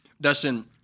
Dustin